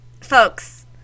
folks